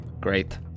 Great